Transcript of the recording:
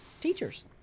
teachers